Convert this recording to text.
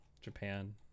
japan